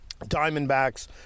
Diamondbacks